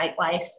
nightlife